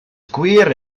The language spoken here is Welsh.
gwir